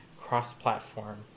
cross-platform